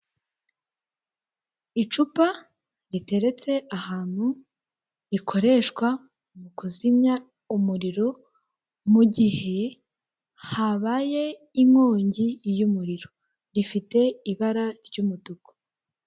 Icupa riteretse ahantu rikoreshwa mu kuzimya umuriro, mu gihe habaye inkongi y'umuriro. Rifite ibara ry'umutuku.